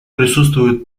присутствуют